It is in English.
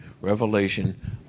revelation